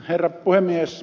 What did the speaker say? herra puhemies